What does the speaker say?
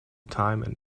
time